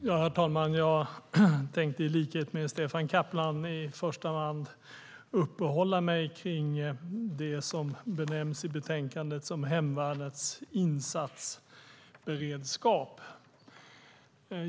Herr talman! Jag tänkte i likhet med Stefan Caplan i första hand uppehålla mig kring det som i betänkandet benämns "Hemvärnets insatsberedskap".